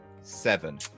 seven